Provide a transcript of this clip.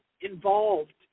involved